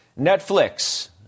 Netflix